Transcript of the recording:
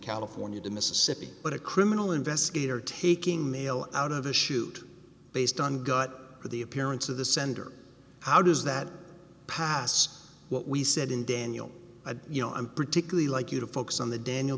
california to mississippi but a criminal investigator taking mail out of the chute based on gut the appearance of the sender how does that pass what we said in daniel a you know i'm particularly like you to focus on the daniel